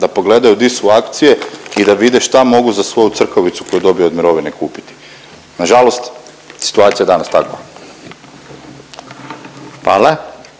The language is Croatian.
da pogledaju di su akcije i da vide šta mogu za svoju crkavicu koju dobiju od mirovine kupiti. Nažalost situacija je danas takva.